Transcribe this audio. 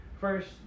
first